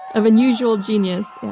of unusual genius.